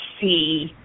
see